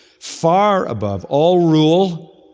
far above all rule